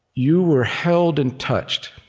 you were held and touched,